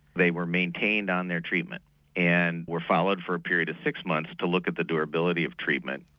they were maintained on their treatment and were followed for a period of six months to look at the durability of treatment.